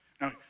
Now